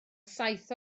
saith